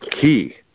key